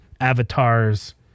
avatars